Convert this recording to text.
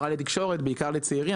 הכשרה לתקשורת, בעיקר לצעירים.